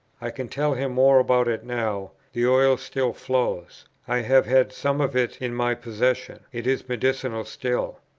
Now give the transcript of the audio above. i can tell him more about it now the oil still flows i have had some of it in my possession it is medicinal still.